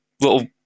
little